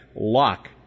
lock